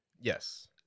Yes